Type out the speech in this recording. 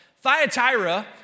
Thyatira